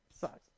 Sucks